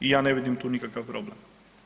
I ja ne vidim tu nikakav problem.